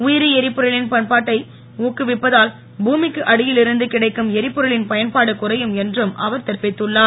உயிரி எரிபொருளின் பயன்பாட்டை ஊக்குவிப்பதால் புமிக்கு அடியில் இருந்து கிடைக்கும் எரிபொருளின் பயன்பாடு குறையும் என்றும் அவர் தெரிவித்துள்ளார்